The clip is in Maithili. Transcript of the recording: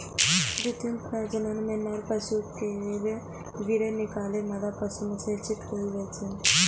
कृत्रिम प्रजनन मे नर पशु केर वीर्य निकालि मादा पशु मे सेचित कैल जाइ छै